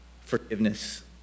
forgiveness